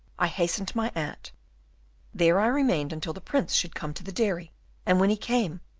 i hastened to my aunt there i remained until the prince should come to the dairy and when he came,